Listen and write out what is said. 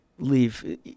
leave